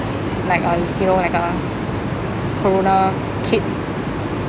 like uh you know like uh corona kit